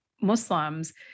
Muslims